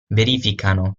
verificano